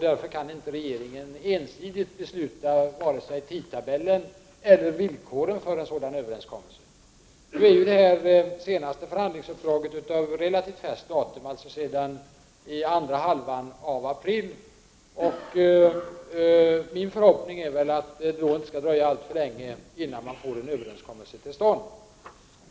Därför kan inte regeringen ensidigt besluta om vare sig tidtabeller eller villkor för en sådan överenskommelse. Det senaste förhandlingsuppdraget är av relativt färskt datum, andra halvan av april. Min förhoppning är att det inte skall dröja alltför länge innan vi får en överenskommelse till stånd.